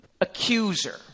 accuser